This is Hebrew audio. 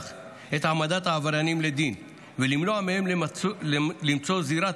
את העמדת העבריינים לדין ולמנוע מהם למצוא זירת